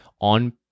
on